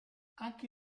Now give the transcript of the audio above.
anche